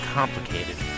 Complicated